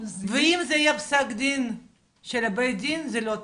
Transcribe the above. ואם זה יהיה פסק דין של בית הדין זה לא טוב.